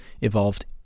evolved